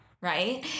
right